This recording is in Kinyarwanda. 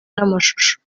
n’amashusho